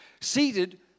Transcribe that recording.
seated